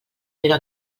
però